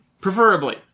Preferably